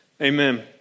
Amen